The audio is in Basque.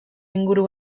inguru